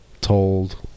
told